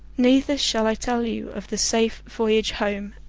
neither shall i tell you of the safe voyage home,